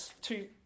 Two